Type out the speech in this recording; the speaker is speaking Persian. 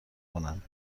کنند